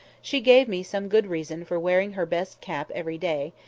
she gave me some good reason for wearing her best cap every day,